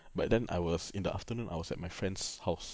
but then I was in the afternoon I was at my friend's house